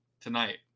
tonight